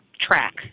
track